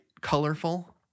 colorful